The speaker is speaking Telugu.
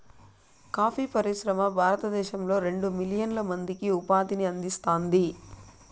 కాఫీ పరిశ్రమ భారతదేశంలో రెండు మిలియన్ల మందికి ఉపాధిని అందిస్తాంది